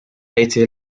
été